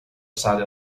side